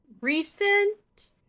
recent